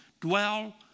dwell